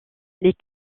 les